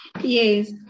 Yes